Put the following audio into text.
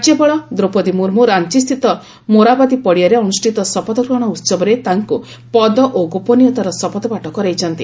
ରାଜ୍ୟପାଳ ଦ୍ରୌପଦୀ ମୁର୍ମୁ ରାଞ୍ଚସ୍ଥିତ ମୋରାବାଦୀ ପଡ଼ିଆରେ ଅନୁଷ୍ଠିତ ଶପଥଗ୍ରହଣ ଉହବରେ ତାଙ୍କୁ ପଦ ଓ ଗୋପନୀୟତାର ଶପଥପାଠ କରାଇଛନ୍ତି